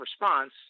response